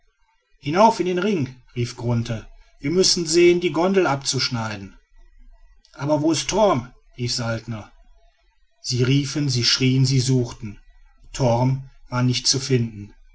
hinauf in den ring rief grunthe wir müssen sehen die gondel abzuschneiden aber wo ist torm rief saltner sie riefen sie schrieen sie suchten torm war nicht zu finden